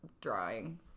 drawing